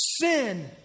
sin